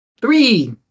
Three